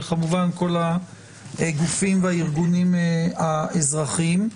וכמובן כל הגופים והארגונים האזרחיים.